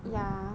oh